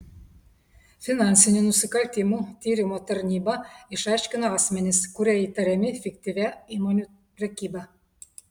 finansinių nusikaltimų tyrimo tarnyba išaiškino asmenis kurie įtariami fiktyvia įmonių prekyba